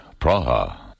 Praha